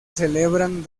celebran